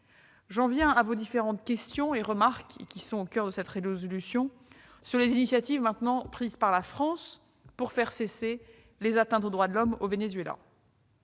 J'en viens aux différentes questions et remarques au coeur de cette résolution sur les initiatives actuellement prises par la France pour faire cesser les atteintes aux droits de l'homme au Venezuela.